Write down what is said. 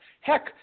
Heck